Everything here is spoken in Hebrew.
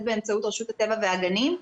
באמצעות רשות הטבע והגנים -- נכון.